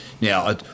Now